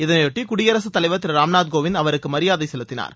இதனையொட்டி குடியரகத்தலைவர் திரு ராம்நாத்கோவிந்த் அவருக்கு மரியாதை செலுத்தினார்